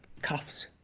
cuffs.